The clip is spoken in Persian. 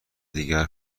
دیگر